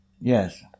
Yes